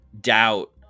doubt